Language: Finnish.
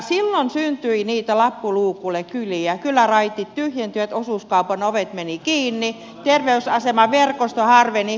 silloin syntyi niitä lappu luukulle kyliä kyläraitit tyhjentyivät osuuskaupan ovet menivät kiinni terveysasemaverkosto harveni